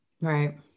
right